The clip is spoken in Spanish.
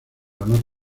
ganar